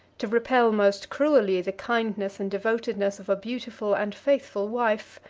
to repel most cruelly the kindness and devotedness of a beautiful and faithful wife,